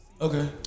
Okay